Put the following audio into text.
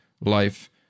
life